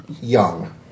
young